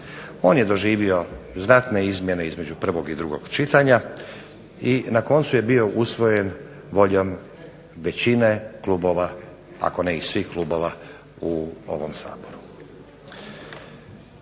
On je doživio znatne izmjene između prvog i drugog čitanja, i na koncu je bio usvojen voljom većine klubova, ako ne i svih klubova u ovom Saboru.